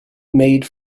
made